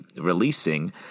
releasing –